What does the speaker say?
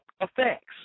effects